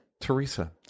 Teresa